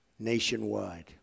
nationwide